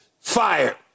fired